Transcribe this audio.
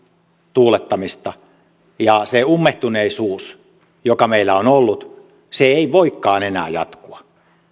tuulettamista ja se ummehtuneisuus joka meillä on ollut ei voikaan enää jatkua